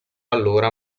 allora